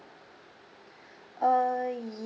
uh yes